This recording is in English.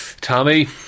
Tommy